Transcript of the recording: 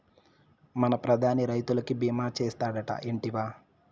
మన ప్రధాని రైతులకి భీమా చేస్తాడటా, ఇంటివా